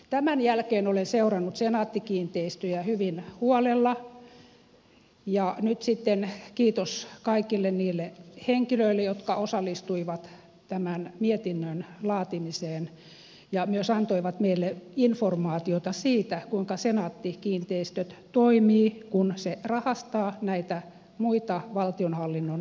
tämän jälkeen olen seurannut senaatti kiinteistöjä hyvin huolella ja nyt sitten kiitos kaikille niille henkilöille jotka osallistuivat tämän mietinnön laatimiseen ja myös antoivat meille informaatiota siitä kuinka senaatti kiinteistöt toimii kun se rahastaa näitä muita valtionhallinnon yksiköitä